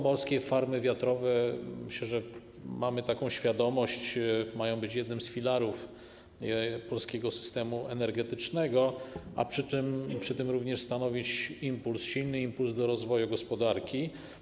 Morskie farmy wiatrowe - myślę, że mamy taką świadomość - mają być jednym z filarów polskiego systemu energetycznego, a przy tym również stanowić impuls, silny impuls do rozwoju gospodarki.